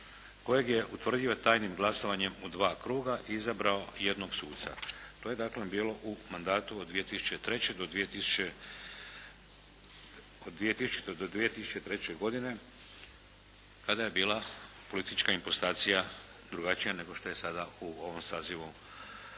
kojeg je utvrdio tajnim glasovanjem u dva kruga i izabrao jednog suca. To je dakle bilo u mandatu od 2000. do 2003. godine kada je bila politička … /Govornik se ne razumije./ … drugačija nego što je sada u ovom sazivu Sabora.